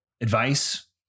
advice